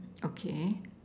okay